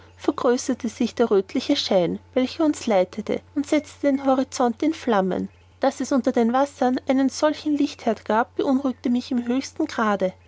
vergrößerte sich der röthliche schein welcher uns leitete und setzte den horizont in flammen daß es unter den wassern einen solchen lichtheerd gab beunruhigte mich im höchsten grade